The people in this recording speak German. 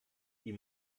die